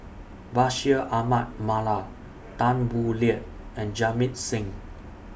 Bashir Ahmad Mallal Tan Boo Liat and Jamit Singh